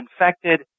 infected